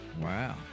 Wow